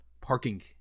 parking